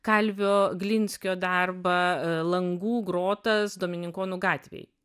kalvio glinskio darbą langų grotas domininkonų gatvėj